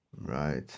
Right